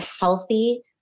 healthy